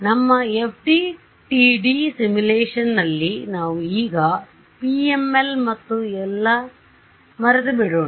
ಆದ್ದರಿಂದ ನಮ್ಮ FDTD ಸಿಮ್ಯುಲೇಶನ್ನಲ್ಲಿ ನಾವು ಈಗ PML ಮತ್ತು ಎಲ್ಲ ಮರೆತುಬಿಡೋಣ